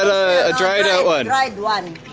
a dried out one right one?